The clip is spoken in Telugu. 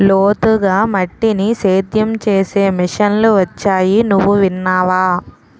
లోతుగా మట్టిని సేద్యం చేసే మిషన్లు వొచ్చాయి నువ్వు విన్నావా?